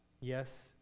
Yes